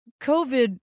COVID